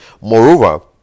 Moreover